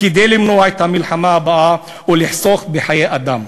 כדי למנוע את המלחמה הבאה ולחסוך בחיי אדם.